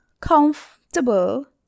comfortable